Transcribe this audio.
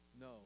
No